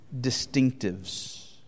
distinctives